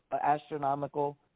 astronomical